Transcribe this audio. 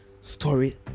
story